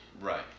Right